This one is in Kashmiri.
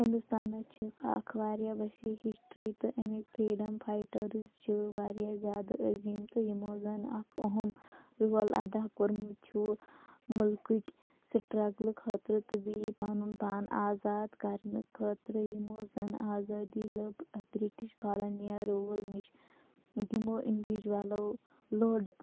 ہِنٛدوستانَس چھِ اَکھ واریاہ وسیع ہِسٹرٛی تہٕ اَمِکۍ فرٛیڈَم فایٹَٲرٕز چھِ واریاہ زیادٕ عظیٖم تہٕ یِمَو زَن اَکھ أہم رول ادا کوٚرمُت چھُ مُلکٕکۍ سِٹرَگلہٕ خٲطرٕ تہٕ بیٚیہِ پَنُن پان آزاد کَرنہٕ خٲطرٕ یِمَو زَن آزٲدی لٔب بِرٛٹِش کالِنِیل روٗل نِش یِمَو اِنڈیوجوَلَو لوٚڑ